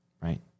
right